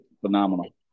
Phenomenal